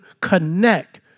connect